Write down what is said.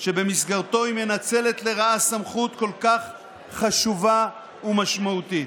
שבמסגרתו היא מנצלת לרעה סמכות כל כך חשובה ומשמעותית.